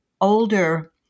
older